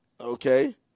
Okay